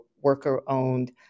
worker-owned